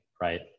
right